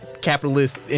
capitalist